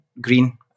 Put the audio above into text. green